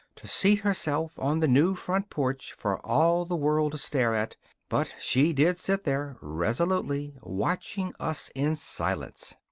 to seat herself on the new front porch for all the world to stare at but she did sit there resolutely watching us in silence.